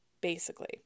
Basically